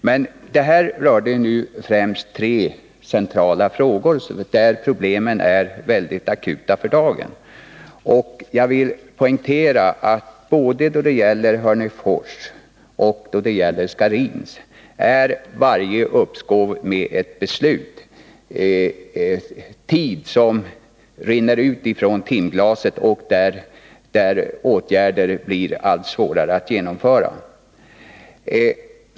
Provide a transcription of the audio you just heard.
Men mitt inlägg rörde främst tre centrala frågor, där problemen är väldigt akuta. Jag vill poängtera att både då det gäller Hörnefors och då det gäller Scharins innebär varje uppskov med ett beslut att tid rinner ut ur timglaset, och det medverkar till att det blir allt svårare att vidta åtgärder.